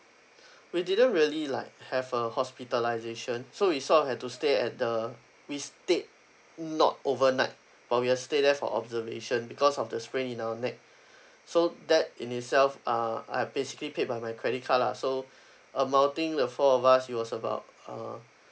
we didn't really like have a hospitalisation so we sort of had to stay at the we stayed not over night but we were stayed there for observation because of the sprain in our neck so that in itself uh I have basically paid by my credit card lah so amounting we have four of us it was about uh